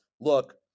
look